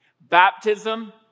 Baptism